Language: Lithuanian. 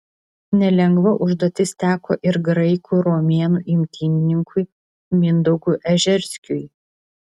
nelengva užduotis teko ir graikų romėnų imtynininkui mindaugui ežerskiui